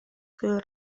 свою